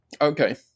okay